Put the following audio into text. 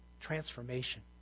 Transformation